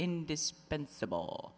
indispensable